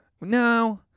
no